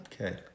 Okay